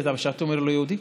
אתה שמעת אותי אומר "לא יהודי"?